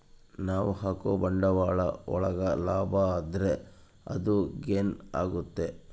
ನಾವ್ ಹಾಕೋ ಬಂಡವಾಳ ಒಳಗ ಲಾಭ ಆದ್ರೆ ಅದು ಗೇನ್ ಆಗುತ್ತೆ